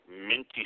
Minty